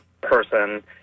person